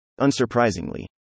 Unsurprisingly